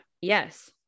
yes